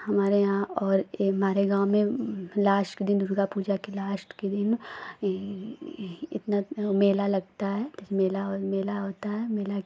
हमारे यहाँ और हमारे गाँव में लास्ट के दिन दुर्गा पूजा के लास्ट के दिन इतना मेला लगता है तब मेला और मेला होता है मेला